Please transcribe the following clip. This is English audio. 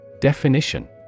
Definition